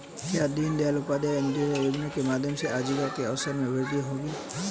क्या दीन दयाल उपाध्याय अंत्योदय योजना के माध्यम से आजीविका के अवसरों में वृद्धि होगी?